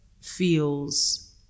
feels